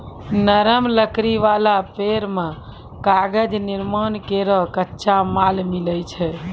नरम लकड़ी वाला पेड़ सें कागज निर्माण केरो कच्चा माल मिलै छै